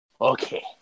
Okay